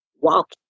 walk